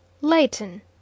Leighton